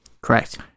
Correct